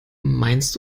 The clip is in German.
meinst